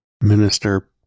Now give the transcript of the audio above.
Minister